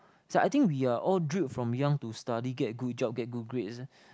so I think we are all drilled from young to study get good job get good grades eh